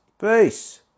Peace